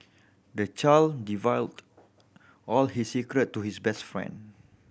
the child all his secret to his best friend